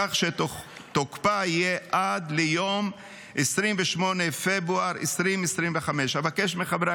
כך שתוקפה יהיה עד ליום 28 בפברואר 2025. אבקש מחברי